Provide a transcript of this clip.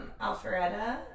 Alpharetta